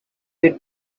they